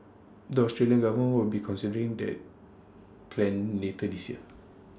the Australian government will be considering that plan later this year